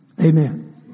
Amen